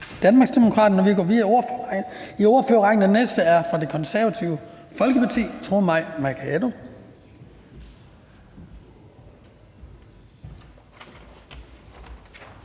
Danmarksdemokraterne. Vi går videre i ordførerrækken. Den næste er fra Det Konservative Folkeparti. Fru Mai Mercado.